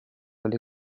alle